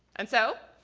and so,